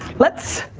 let's